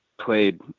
Played